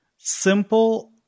simple